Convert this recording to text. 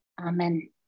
Amen